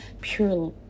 pure